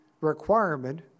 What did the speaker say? requirement